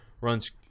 runs